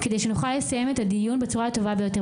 כדי שנוכל לסיים את הדיון בצורה הטובה ביותר.